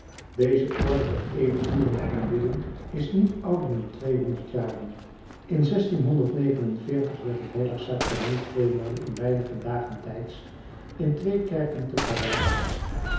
deze orde der eeuwigdurende aanbidding is niet ouder dan tweehonderd jaren in werd het h sacrament tweemalen in weinige dagen tijds in twee kerken te parijs